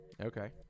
Okay